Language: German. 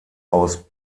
aus